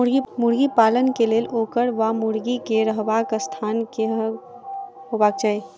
मुर्गी पालन केँ लेल ओकर वा मुर्गी केँ रहबाक स्थान केहन हेबाक चाहि?